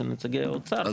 של נציגי האוצר,